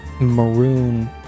maroon